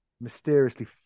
mysteriously